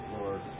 Lord